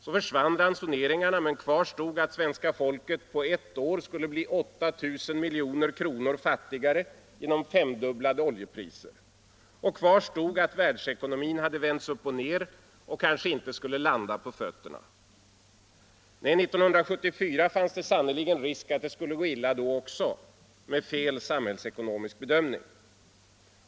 Så försvann ransoneringarna, men kvar stod att svenska folket på ett år skulle bli 8 000 miljoner kronor fattigare, genom femdubblade oljepriser. Kvar stod att världsekonomin hade vänts upp och ner och kanske inte skulle landa på fötterna. Nej, 1974 fanns det sannerligen risk att det skulle gå illa då också - med fel samhällsekonomisk bedömning.